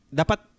dapat